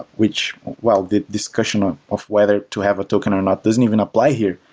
which well, the discussion ah of whether to have a token or not doesn't even apply here,